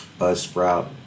Buzzsprout